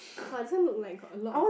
Fan Sheng look like got a lot of